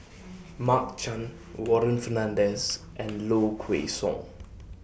Mark Chan Warren Fernandez and Low Kway Song